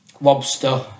lobster